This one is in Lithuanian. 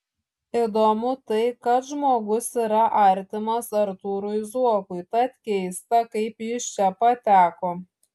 įdomu tai kad žmogus yra artimas artūrui zuokui tad keista kaip jis čia pateko